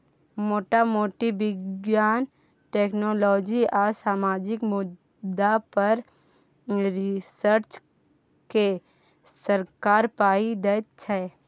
मोटा मोटी बिज्ञान, टेक्नोलॉजी आ सामाजिक मुद्दा पर रिसर्च केँ सरकार पाइ दैत छै